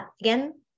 Again